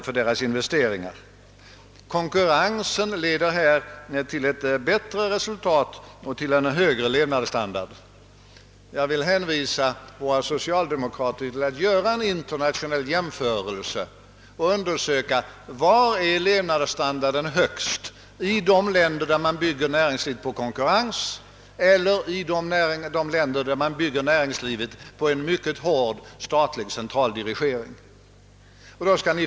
Vi har från folkpartiet föreslagit olika utredningar. Det gällde t.ex. AP-fondernas roil, och den utredning som professor Kragh gjort är ett direkt resultat av våra förslag. Vi avvaktade att utredningen skulle komma. Den kom några veckor efter regeringens förslag.